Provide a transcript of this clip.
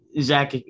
Zach